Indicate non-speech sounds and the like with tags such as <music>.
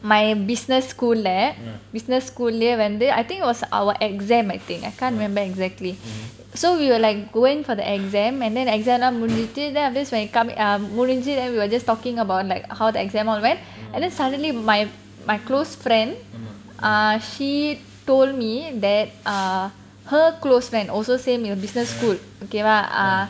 <noise> my business school lab business school ல வந்து:la vanthu I think it was our exam I think I can't remember exactly so we were like going for the exam and then exam லாம் முடிஞ்சிட்டு முடிஞ்சு:laam mudinjitu mudinju then we were just talking about like how the exam all went and then suddenly my my close friend ah she told me that err her close friend also same you know business school okay mah ah